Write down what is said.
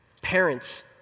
Parents